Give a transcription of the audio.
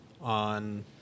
on